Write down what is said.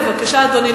בבקשה, אדוני.